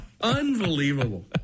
Unbelievable